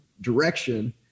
direction